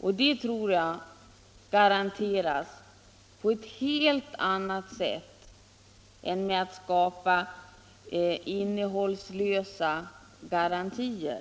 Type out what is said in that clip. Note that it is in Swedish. Och den rätten tror jag skapas på ett helt annat sätt än genom innehållslösa garantier.